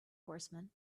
horsemen